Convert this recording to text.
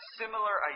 similar